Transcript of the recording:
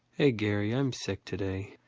hey gary, i'm sick today,